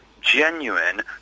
genuine